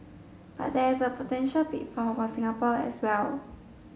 but there is a potential pitfall for Singapore as well